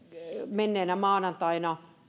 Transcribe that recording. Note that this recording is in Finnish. menneenä maanantaina